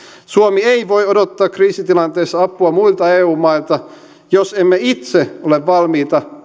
suomi ei voi odottaa kriisitilanteessa apua muilta eu mailta jos emme itse ole valmiita